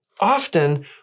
Often